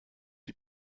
die